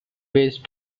based